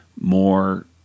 more